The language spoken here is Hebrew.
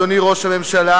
אדוני ראש הממשלה,